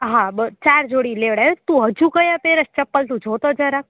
હા બર ચાર જોડી લેવડાવ્યા તું હજુ કયા પેરસ ચંપલ તું જોતો જરા